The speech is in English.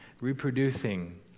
reproducing